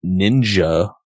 ninja